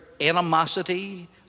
animosity